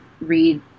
read